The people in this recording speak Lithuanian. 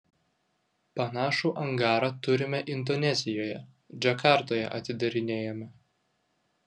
panašų angarą turime indonezijoje džakartoje atidarinėjame